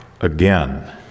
Again